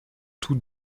tous